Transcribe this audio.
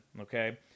okay